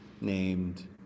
named